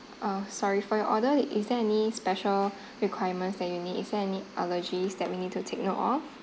uh sorry for your order is there any special requirements that you need is there any allergies that we need to take note of